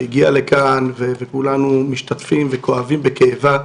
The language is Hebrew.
שהגיעה לכאן וכולנו משתתפים וכואבים בכאבה.